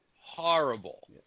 horrible